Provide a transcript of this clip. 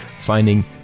finding